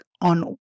on